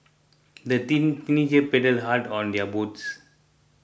the teen teenagers paddled hard on their boats